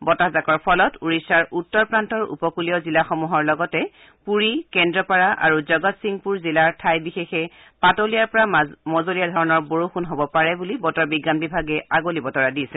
বতাজাকৰ ফলত ওড়িশাৰ উত্তৰ প্ৰান্তৰ উপকূলীয় জিলাসমূহৰ লগতে পুৰী কেন্দ্ৰপাৰা আৰু জগতসিংপুৰ জিলাৰ ঠাই বিশেষে পাতলীয়াৰ পৰা মজলীয়া ধৰণৰ বৰষুণ হ'ব পাৰে বুলি বতৰ বিজ্ঞান বিভাগে আগলী বতৰা দিছে